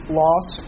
loss